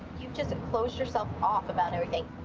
you've just closed yourself off about everything.